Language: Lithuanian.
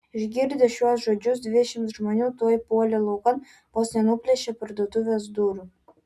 išgirdę šiuos žodžius dvidešimt žmonių tuoj puolė laukan vos nenuplėšė parduotuvės durų